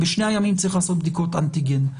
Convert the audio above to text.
בשני הימים צריך לעשות בדיקות אנטיגן,